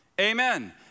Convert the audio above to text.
amen